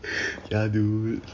ya dude